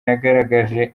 yagaragaje